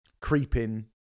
creeping